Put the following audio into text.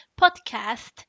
Podcast